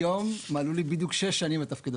היום מלאו לי בדיוק שש שנים לתפקיד,